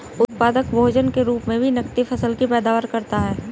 उत्पादक भोजन के रूप मे भी नकदी फसल की पैदावार करता है